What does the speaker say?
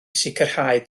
sicrhau